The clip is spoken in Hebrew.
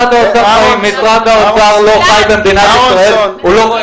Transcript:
משרד האוצר לא חי במדינת ישראל.